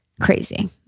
Crazy